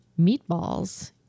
meatballs